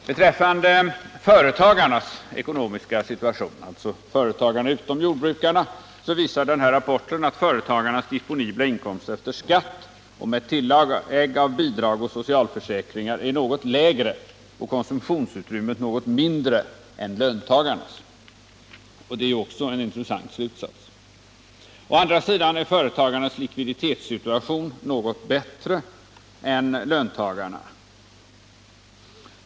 Beträffande företagarnas — alltså andra företagare än jordbrukare — ekonomiska situation visar rapporten att företagarnas disponibla inkomst efter skatt och med tillägg av bidrag och socialförsäkringar är något lägre och konsumtionsutrymmet något mindre än löntagarnas. Det är också en intressant slutsats. Å andra sidan är företagarnas likviditetssituation något bättre än löntagarnas.